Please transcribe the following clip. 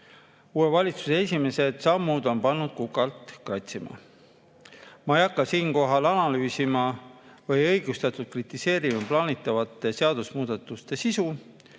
Uue valitsuse esimesed sammud on pannud kukalt kratsima. Ma ei hakka siinkohal analüüsima või õigustatult kritiseerima plaanitavate seadusemuudatuste sisu,